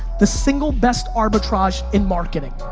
the single best arbitrage in marketing.